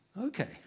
Okay